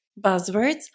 Buzzwords